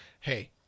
hey